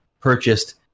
purchased